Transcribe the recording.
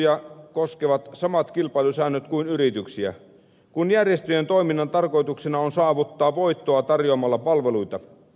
järjestöjä koskevat samat kilpailuttamissäännöt kuin yrityksiä kun järjestöjen toiminnan tarkoituksena on saavuttaa voittoa tarjoamalla palveluita